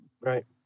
right